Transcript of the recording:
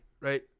Right